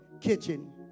kitchen